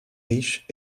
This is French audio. riche